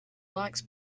likes